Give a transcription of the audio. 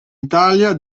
italia